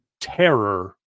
terror